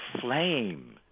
flame